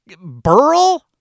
Burl